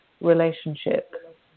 relationship